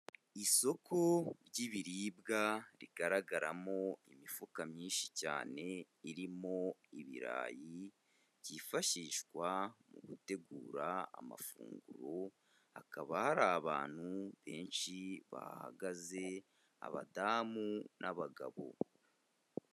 Isoko ry'ibiribwa rigaragaramo imifuka myinshi cyane irimo ibirayi byifashishwa mugutegura amafunguro hakaba hari abantu benshi bahahagaze abadamu n'abagabo.